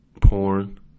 porn